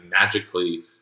magically